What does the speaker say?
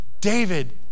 David